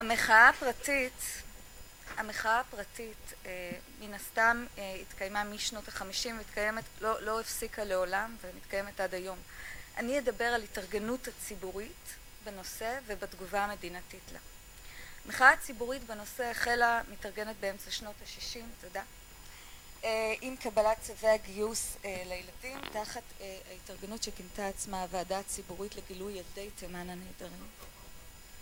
המחאה הפרטית, המחאה הפרטית מן הסתם התקיימה משנות החמישים ומתקיימת, לא לא הפסיקה לעולם ומתקיימת עד היום. אני אדבר על התארגנות הציבורית בנושא ובתגובה המדינתית לה. המחאה הציבורית בנושא החלה מתארגנת באמצע שנות השישים, תודה, עם קבלת צווי הגיוס לילדים, תחת ההתארגנות שכינתה עצמה הוועדה הציבורית לגילוי ילדי תימן הנעדרים.